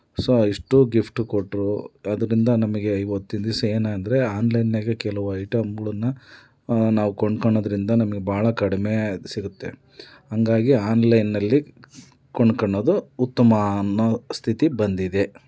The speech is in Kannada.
ಸೊ ಇಷ್ಟು ಗಿಫ್ಟು ಕೊಟ್ಟರು ಅದರಿಂದ ನಮಗೆ ಇವತ್ತಿನ ದಿವ್ಸ ಏನು ಅಂದರೆ ಆನ್ಲೈನಿನಾಗೆ ಕೆಲವು ಐಟಂಗಳನ್ನ ನಾವು ಕೊಂಡ್ಕೊಳೋದ್ರಿಂದ ನಮಗ್ ಭಾಳ ಕಡಿಮೆ ಸಿಗುತ್ತೆ ಹಂಗಾಗಿ ಆನ್ಲೈನಿನಲ್ಲಿ ಕೊಂಡ್ಕೊಳ್ಳೋದು ಉತ್ತಮ ಅನ್ನೋ ಸ್ಥಿತಿ ಬಂದಿದೆ